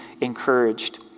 encouraged